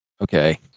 okay